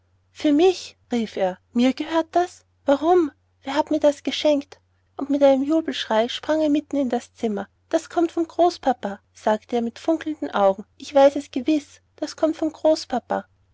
für mich rief er mir gehört das warum wer hat mir das geschenkt und mit einem jubelschrei sprang er mitten in das zimmer das kommt vom großpapa sagte er mit funkelnden augen ich weiß es gewiß das kommt vom großpapa